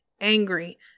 angry